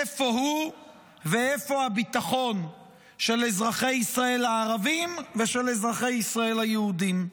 איפה הוא ואיפה הביטחון של אזרחי ישראל הערבים ושל אזרחי ישראל היהודים.